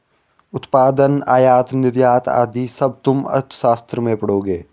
उत्पादन, आयात निर्यात आदि सब तुम अर्थशास्त्र में पढ़ोगे